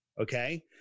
Okay